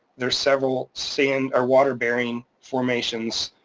there're several sand or water bearing formations,